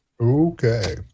Okay